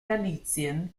galizien